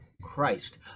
Christ